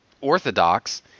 orthodox